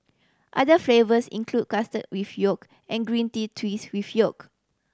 other flavours include custard with yolk and green tea twist with yolk